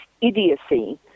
idiocy